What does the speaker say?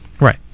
Right